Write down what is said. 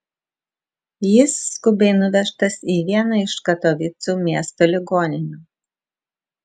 jis skubiai nuvežtas į vieną iš katovicų miesto ligoninių